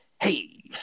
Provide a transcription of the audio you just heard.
hey